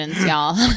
y'all